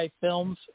films